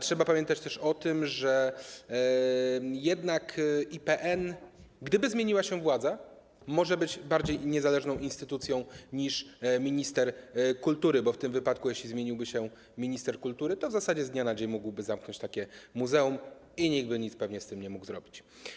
Trzeba pamiętać też o tym, że gdyby zmieniła się władza, IPN mógłby być bardziej niezależną instytucją niż minister kultury, bo w tym wypadku, jeśli zmieniłby się minister kultury, to w zasadzie z dnia na dzień mógłby zamknąć takie muzeum i nikt by nic pewnie z tym nie mógł zrobić.